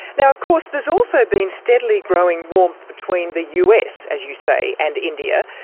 now of course there's also been steadily growing warmth between the us, as you say, and india.